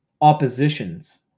oppositions